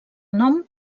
nom